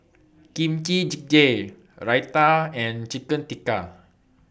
Kimchi Jjigae Raita and Chicken Tikka